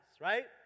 right